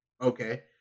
Okay